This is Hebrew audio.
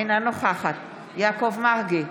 אינה נוכחת יעקב מרגי,